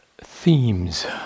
themes